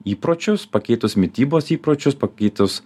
įpročius pakeitus mitybos įpročius pakeitus